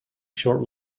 short